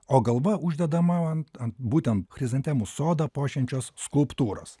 o galva uždedama ant būtent chrizantemų sodą puošiančios skulptūros